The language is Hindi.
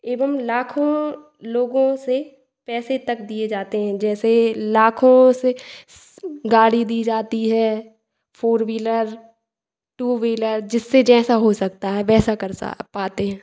एवं लाखों लोगों से पैसे तक दिए जाते हैं जैसे लाखों से गाड़ी दी जाती है फोर व्हीलर टू व्हीलर जिससे जैसा हो सकता है वैसा कर स पाते हैं